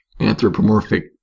anthropomorphic